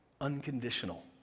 unconditional